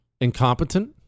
incompetent